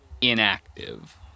inactive